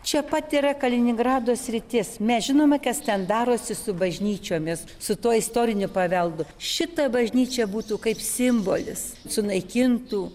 čia pat yra kaliningrado sritis mes žinome kas ten darosi su bažnyčiomis su tuo istoriniu paveldu šita bažnyčia būtų kaip simbolis sunaikintų